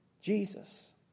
Jesus